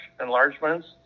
enlargements